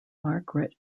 margaret